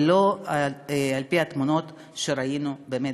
ולא לפי התמונות שראינו בכתבות.